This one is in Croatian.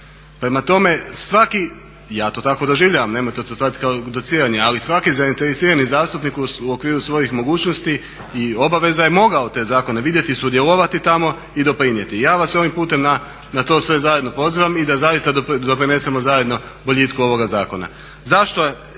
Prema tome, svaki, ja to tako doživljavam nemojte to shvatiti kao dociranje, ali svaki zainteresirani zastupnik u okviru svojih mogućnosti i obaveza je mogao te zakone vidjeti, i sudjelovati tamo i doprinijeti. Ja vas ovim putem na to sve zajedno poziva i da zaista doprinesemo zajedno boljitku ovoga zakona. Zašto ide